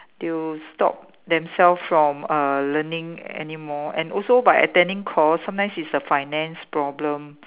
they will stop themselves from uh learning anymore and also by attending course sometimes it's a finance problem